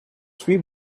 three